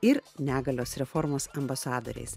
ir negalios reformos ambasadoriais